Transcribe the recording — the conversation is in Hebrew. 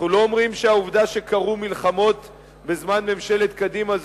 אנחנו לא אומרים שהעובדה שקרו מלחמות בזמן ממשלת קדימה,